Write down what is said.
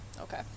Okay